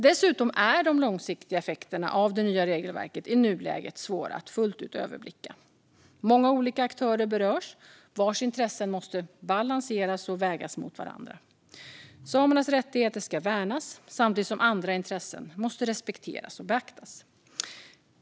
Dessutom är de långsiktiga effekterna av det nya regelverket i nuläget svåra att fullt ut överblicka. Många olika aktörer berörs, vars intressen måste balanseras och vägas mot varandra. Samernas rättigheter ska värnas, samtidigt som andra intressen måste respekteras och beaktas.